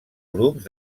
grups